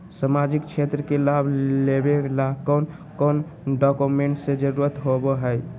सामाजिक क्षेत्र के लाभ लेबे ला कौन कौन डाक्यूमेंट्स के जरुरत होबो होई?